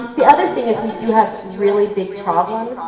the other thing. if you have a really big problem.